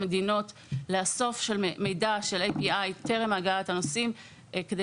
המדינות לאסוף מידע של ADI טרם הגעת הנוסעים כדי